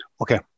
Okay